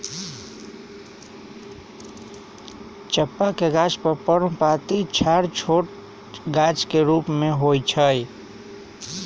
चंपा के गाछ पर्णपाती झाड़ छोट गाछ के रूप में होइ छइ